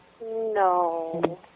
No